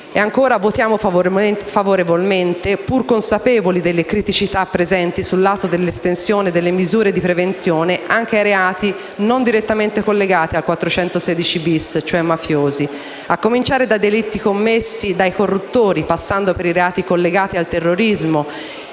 Ancora, votiamo favorevolmente pur consapevoli delle criticità presenti sul lato dell'estensione delle misure di prevenzione anche ai reati non direttamente collegati al 416-*bis*, cioè mafiosi, a cominciare dai delitti commessi dai corruttori, passando per i reati collegati al terrorismo